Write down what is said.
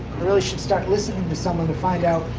really should start listening to someone to find out.